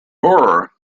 horror